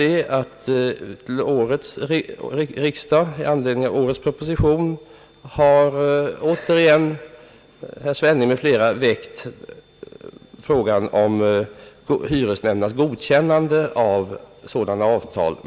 I anledning av årets proposition har herr Svenning m.fl. återigen tagit upp frågan om hyresnämndernas godkännande av sådana avtal.